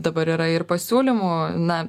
dabar yra ir pasiūlymų na